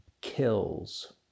kills